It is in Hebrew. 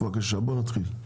בבקשה בוא נתחיל.